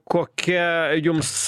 kokia jums